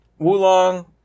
Wulong